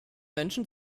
menschen